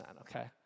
Okay